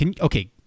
okay